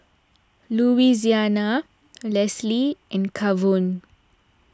Louisiana Lesly and Kavon